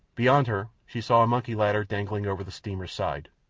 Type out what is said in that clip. beyond her she saw a monkey-ladder dangling over the steamer's side.